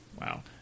Wow